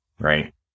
right